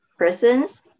persons